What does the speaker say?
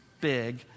big